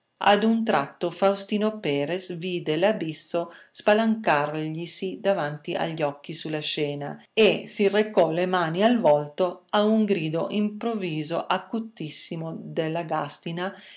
a un tratto faustino perres vide l'abisso spalancarglisi davanti agli occhi sulla scena e si recò le mani al volto a un grido improvviso acutissimo della gàstina